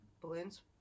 balloons